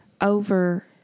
over